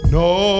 no